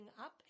up